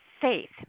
faith